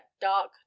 dark